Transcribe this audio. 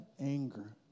anger